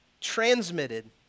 transmitted